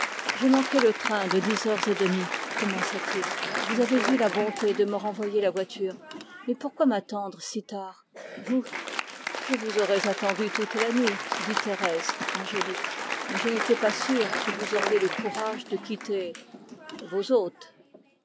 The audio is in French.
j'ai manqué le train de dix heures et demie commença-t-il vous avez eu la bonté de me renvoyer la voiture mais pourquoi m'attendre si tard vous je vous aurais attendu toute la nuit mais je n'étais pas sûre que vous auriez le courage de quitter vos hôtes